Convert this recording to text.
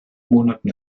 monaten